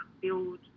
build